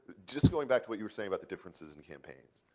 just going back to what you were saying about the differences in campaigns.